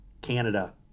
Canada